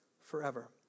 forever